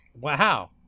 wow